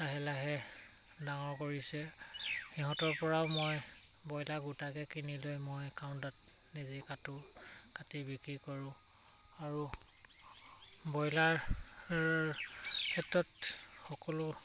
লাহে লাহে ডাঙৰ কৰিছে সিহঁতৰ পৰাও মই ব্ৰইলাৰ গোটাকে কিনি লৈ মই কাউণ্টাৰত নিজেই কাটো কাটি বিক্ৰী কৰোঁ আৰু ব্ৰইলাৰ ক্ষেত্ৰত সকলো